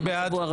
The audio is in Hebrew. מי בעד?